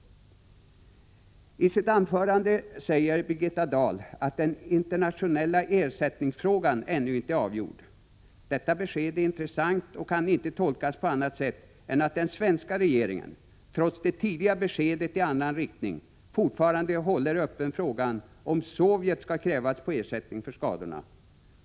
I sitt anförande säger Birgitta Dahl att den internationella ersättningsfrågan ännu inte är avgjord. Detta besked är intressant och kan inte tolkas på annat sätt än att den svenska regeringen, trots det tidiga beskedet i annan riktning, fortfarande håller frågan öppen om Sovjet skall krävas på ersättning för skadorna.